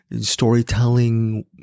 storytelling